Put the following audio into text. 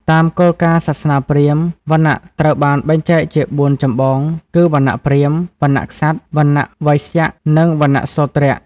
តាមគោលការណ៍សាសនាព្រាហ្មណ៍ វណ្ណៈត្រូវបានបែងចែកជាបួនចម្បងគឺ វណ្ណៈព្រាហ្មណ៍ វណ្ណៈក្សត្រ វណ្ណៈវៃស្យ និងវណ្ណៈសូទ្រ ។